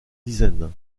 dizaines